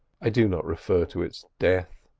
i do not refer to its death.